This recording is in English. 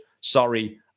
Sorry